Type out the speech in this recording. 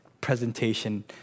presentation